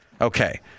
Okay